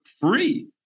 free